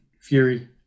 Fury